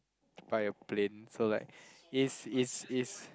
buy a plane so like is is is